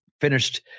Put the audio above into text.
finished